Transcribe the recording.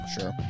sure